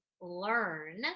learn